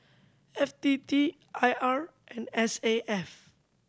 F T T I R and S A F